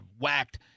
whacked